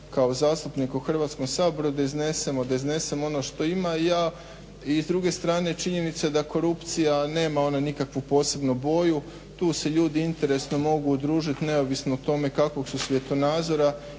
kao zastupnika u Hrvatskom saboru da iznesemo ono što ima i ja s druge strane činjenica da korupcija nema ona nikakvu posebnu boju, tu se ljudi interesno mogu udružiti neovisno o tome kakvog su svjetonazora